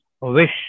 wish